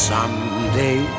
Someday